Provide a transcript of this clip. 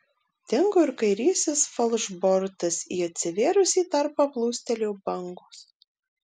dingo ir kairysis falšbortas į atsivėrusį tarpą plūstelėjo bangos